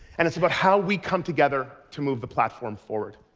and it's about how we come together to move the platform forward.